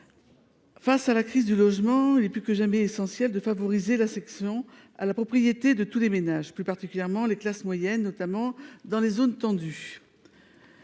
Face à la crise du logement, il est plus que jamais essentiel de favoriser l’accession à la propriété de tous les ménages, particulièrement des classes moyennes, notamment dans les zones tendues.